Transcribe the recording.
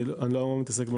אני לא מתעסק בזה.